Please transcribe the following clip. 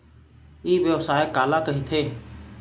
ई व्यवसाय काला कहिथे?